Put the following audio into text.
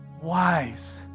wise